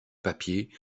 papiers